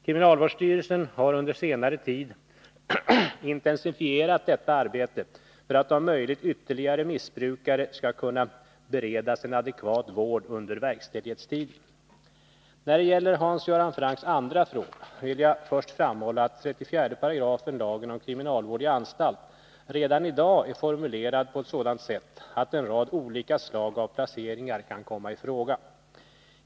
Kriminalvårdsstyrelsen har under senare tid intensifierat detta arbete för att om möjligt ytterligare missbrukare skall kunna beredas en adekvat vård under verkställighetstiden. När det gäller Hans Göran Francks andra fråga vill jag först framhålla att 34 § lagen om kriminalvård i anstalt redan i dag är formulerad på ett sådant sätt att en rad olika slag av placeringar kan komma i fråga.